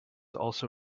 also